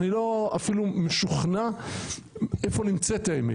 אני אפילו לא משוכנע איפה נמצאת האמת.